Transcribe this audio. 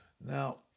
Now